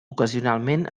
ocasionalment